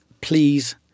Please